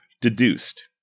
deduced